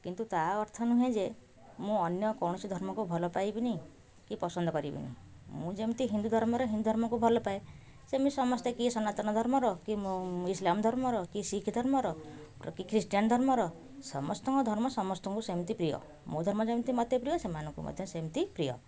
କିନ୍ତୁ ତା' ଅର୍ଥ ନୁହେଁ ଯେ ମୁଁ ଅନ୍ୟ କୌଣସି ଧର୍ମକୁ ଭଲପାଇବିନି କି ପସନ୍ଦ କରିବିନି ମୁଁ ଯେମତି ହିନ୍ଦୁ ଧର୍ମରେ ହିନ୍ଦୁ ଧର୍ମକୁ ଭଲପାଏ ସେମିତି ସମସ୍ତେ କିଏ ସନାତନ ଧର୍ମର କିଏ ମ ଇସଲାମ୍ ଧର୍ମର କିଏ ଶିଖ ଧର୍ମର ଆଉ କିଏ ଖ୍ରୀଷ୍ଟିଆନ୍ ଧର୍ମର ସମସ୍ତଙ୍କ ଧର୍ମ ସମସ୍ତଙ୍କୁ ସେମତି ପ୍ରିୟ ମୋ ଧର୍ମ ଯେମିତି ମୋତେ ପ୍ରିୟ ସେମାନଙ୍କୁ ମଧ୍ୟ ସେମତି ପ୍ରିୟ